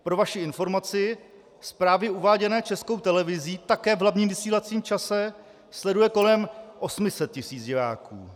Pro vaši informaci, zprávy uváděné Českou televizí také v hlavním vysílacím čase sleduje kolem 800 tisíc diváků.